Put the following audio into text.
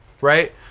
Right